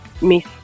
Miss